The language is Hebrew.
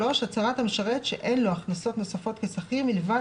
הצהרת המשרת שאין לו הכנסות נוספות כשכיר מלבד